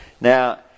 Now